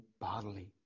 bodily